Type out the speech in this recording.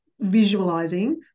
visualizing